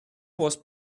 was